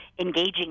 engaging